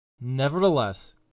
Nevertheless